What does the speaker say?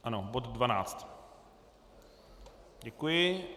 Ano, bod 12. Děkuji.